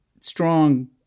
strong